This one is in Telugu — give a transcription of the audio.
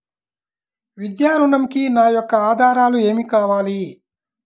విద్యా ఋణంకి నా యొక్క ఆధారాలు ఏమి కావాలి?